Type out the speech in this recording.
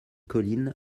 colline